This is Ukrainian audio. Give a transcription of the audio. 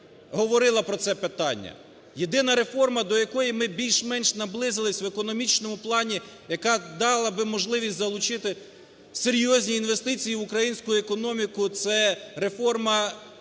говорила про це питання. Єдина реформа, до якої ми більш-менш наблизилися в економічному плані, яка дала би можливість залучити серйозні інвестиції в українську економіку, це реформа...